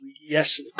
yes